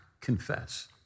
confess